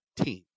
team